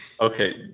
Okay